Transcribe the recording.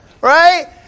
right